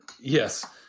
Yes